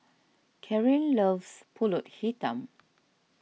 Carin loves Pulut Hitam